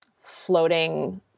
floating